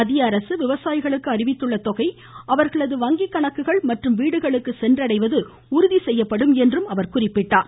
மத்திய அரசு விவசாயிகளுக்கு அறிவித்துள்ள தொகை அவர்களது வங்கி கணக்குகள் மற்றும் வீடுகளுக்கு சென்றடைவது உறுதிசெய்யப்படும் என்றார்